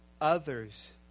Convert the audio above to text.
Others